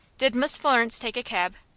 did miss florence take a cab?